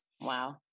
Wow